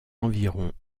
environ